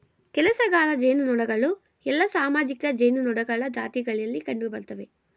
ಕೆಲಸಗಾರ ಜೇನುನೊಣಗಳು ಎಲ್ಲಾ ಸಾಮಾಜಿಕ ಜೇನುನೊಣಗಳ ಜಾತಿಗಳಲ್ಲಿ ಕಂಡುಬರ್ತ್ತವೆ